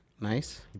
Nice